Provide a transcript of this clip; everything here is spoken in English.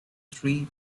three